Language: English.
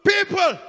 People